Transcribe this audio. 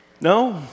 no